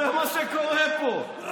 זה מה שקורה פה.